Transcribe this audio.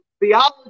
theology